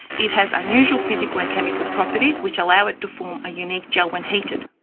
it has unusual physical and chemical properties which allow it to form a unique gel when heated.